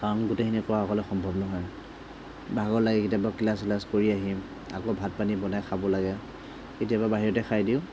কাৰণ গোটেইখিনি কৰা অকলে সম্ভৱ নহয় ভাগৰ লাগে কেতিয়াবা ক্লাছ শ্লাছ কৰি আহিম আকৌ ভাত পানী বনাই খাব লাগে কেতিয়াবা বাহিৰতে খাই দিওঁ